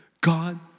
God